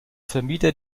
vermieter